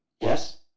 Yes